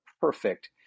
perfect